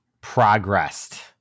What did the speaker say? progressed